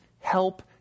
help